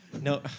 No